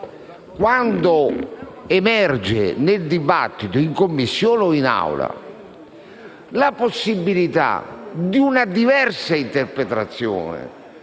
Quando emerge nel dibattito, in Commissione o in Assemblea, la possibilità di una diversa interpretazione